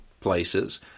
places